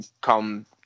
come